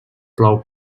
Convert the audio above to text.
plou